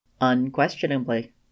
Unquestionably